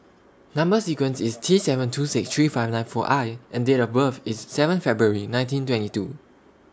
Number sequence IS T seven two six three five nine four I and Date of birth IS seven February nineteen twenty two